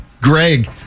Greg